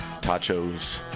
tachos